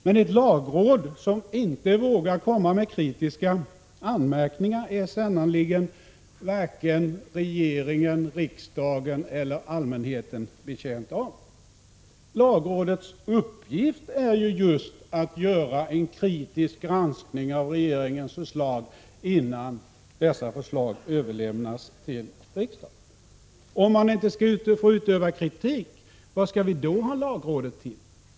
Men ett lagråd som inte vågar komma med kritiska anmärkningar är sannerligen varken regeringen, riksdagen eller allmänheten betjänta av. Lagrådets uppgift är ju just att göra en kritisk granskning av regeringens förslag innan dessa förslag överlämnas till riksdagen. Om lagrådet inte får utöva kritik, vad skall vi då ha lagrådet till?